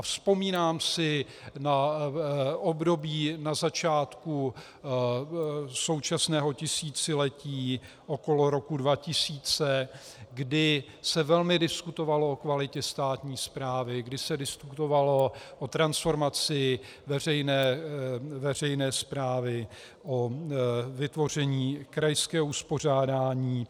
Vzpomínám si na období na začátku současného tisíciletí kolem roku 2000, kdy se velmi diskutovalo o kvalitě státní správy, kdy se diskutovalo o transformaci veřejné správy, o vytvoření krajského uspořádání.